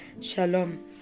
shalom